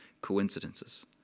coincidences